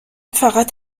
فقط